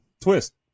twist